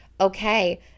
Okay